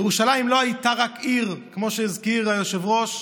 ירושלים לא הייתה רק עיר, כמו שהזכיר היושב-ראש,